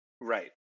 right